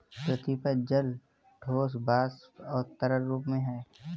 पृथ्वी पर जल ठोस, वाष्प और तरल रूप में है